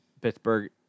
Pittsburgh